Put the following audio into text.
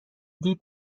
دید